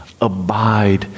abide